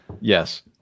Yes